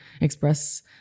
express